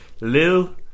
Lil